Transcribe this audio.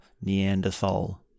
Neanderthal